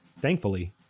Thankfully